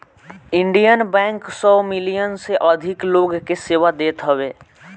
Indian Bank सौ million से अधिक लोग के सेवा देत हवे